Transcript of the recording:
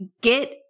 get